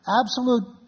absolute